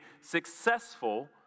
successful